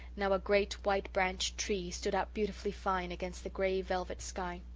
now a great white-branched tree, stood out beautifully fine, against the grey velvet sky.